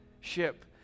ship